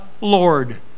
Lord